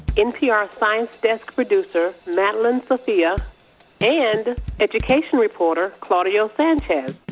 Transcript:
npr's science desk producer madeline sofia and education reporter claudio sanchez.